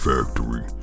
Factory